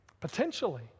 Potentially